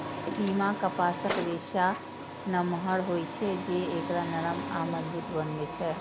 पीमा कपासक रेशा नमहर होइ छै, जे एकरा नरम आ मजबूत बनबै छै